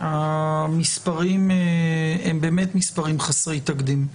המספרים הם באמת מספרים חסרי תקדים.